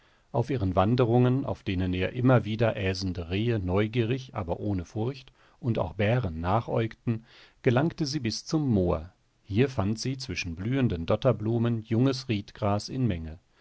auf ihren wanderungen auf denen ihr immer wieder äsende rehe neugierig aber ohne furcht und auch bären nachäugten gelangte sie bis zum moor hier fand sie zwischen blühenden dotterblumen junges riedgras in menge